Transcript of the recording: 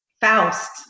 Faust